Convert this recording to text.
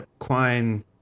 Quine